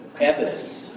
evidence